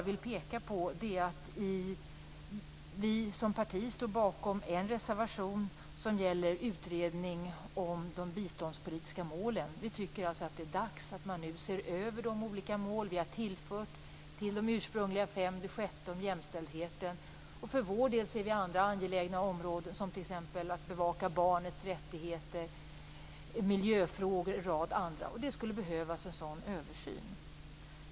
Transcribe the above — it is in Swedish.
Vänsterpartiet står bakom en reservation som gäller en utredning om de biståndspolitiska målen. Vi tycker att det är dags att man nu ser över de olika mål vi har tillfört till de ursprungliga fem, bl.a. det sjätte om jämställdheten. För vår del ser vi andra angelägna områden, t.ex. att bevaka barnets rättigheter, miljöfrågor och en rad andra frågor. Det skulle behövas en sådan översyn.